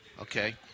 Okay